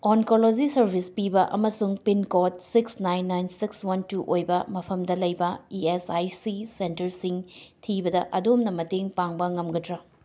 oncology service ꯄꯤꯕ ꯑꯃꯁꯨꯡ pin code six nine nine six one two ꯑꯣꯏꯕ ꯃꯐꯝꯗ ꯂꯩꯕ ꯏ ꯑꯦꯁ ꯑꯥꯏ ꯁꯤꯁ ꯁꯦꯟꯇꯔꯁꯤꯡ ꯊꯤꯕꯗ ꯑꯗꯣꯝꯅ ꯃꯇꯦꯡ ꯄꯥꯡꯕ ꯉꯝꯒꯗ꯭ꯔꯥ